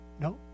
No